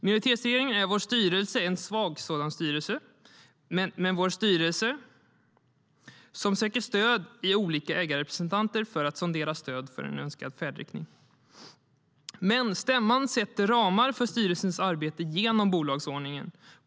Minoritetsregeringen är vår styrelse, en svag styrelse, som hos olika ägarrepresentanter söker stöd för en önskad färdriktning. Stämman sätter genom bolagsordningen ramar för styrelsens arbete.